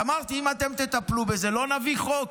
אמרתי: אם אתם תטפלו בזה, לא נביא חוק.